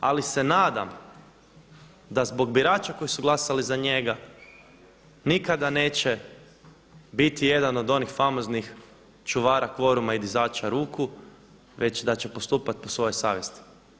Ali se nadam da zbog birača koji su glasali za njega nikada neće biti jedan od onih famoznih čuvara kvoruma i dizača ruku, već da će postupat po svojoj savjesti.